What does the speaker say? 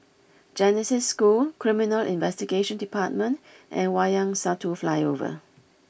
Genesis School Criminal Investigation Department and Wayang Satu Flyover